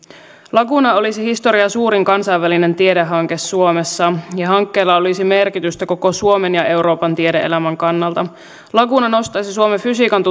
laguna olisi historian suurin kansainvälinen tiedehanke suomessa ja hankkeella olisi merkitystä koko suomen ja euroopan tiede elämän kannalta laguna nostaisi suomen fysiikan